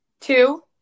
Two